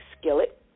skillet